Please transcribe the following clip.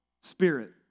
spirit